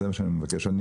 זאת בקשתי.